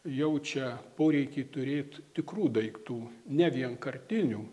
jaučia poreikį turėt tikrų daiktų ne vienkartinių